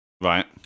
Right